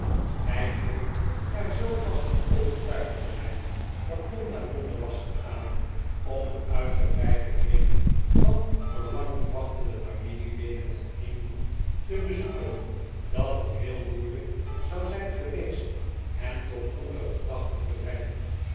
hij bleek er zoo vast van overtuigd te zijn dat tom naar londen was gegaan om een uitgebreiden kring van verlangend wachtende familieleden en vrienden te bezoeken dat het heel moeimjk zou zijn geweest hem tot andere gedachten te brengen